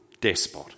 despot